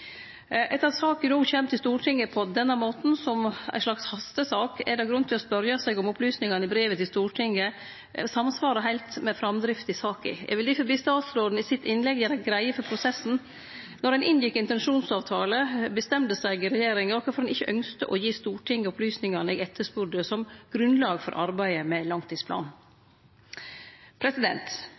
Etter at saka då kjem til Stortinget på denne måten, som ei slags hastesak, er det grunn til å spørje seg om opplysningane i brevet til Stortinget samsvarar heilt med framdrifta i saka. Eg vil difor be statsråden i sitt innlegg gjere greie for prosessen. Når ein inngjekk intensjonsavtale og bestemde seg i regjeringa, kvifor ønskte ein ikkje å gi Stortinget opplysningane eg etterspurde, som grunnlag for arbeidet med langtidsplanen?